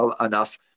enough